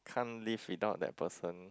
can't live without that person